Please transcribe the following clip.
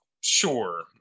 sure